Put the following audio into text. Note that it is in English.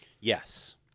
Yes